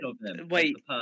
Wait